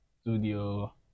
studio